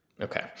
okay